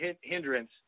hindrance